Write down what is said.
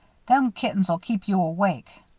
them kittens'll keep you awake.